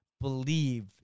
believe